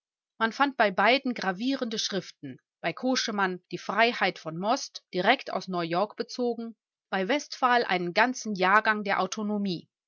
man fand bei beiden gravierende schriften bei koschemann die freiheit von most direkt aus neuyork bezogen bei westphal einen ganzen jahrgang der autonomie